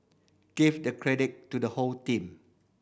give the credit to the whole team